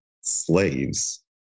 slaves